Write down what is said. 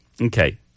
okay